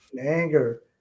anger